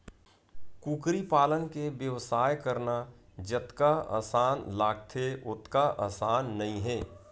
कुकरी पालन के बेवसाय करना जतका असान लागथे ओतका असान नइ हे